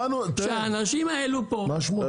שהאנשים האלה פה,